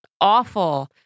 awful